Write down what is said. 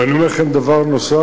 ואני אומר לכם דבר נוסף: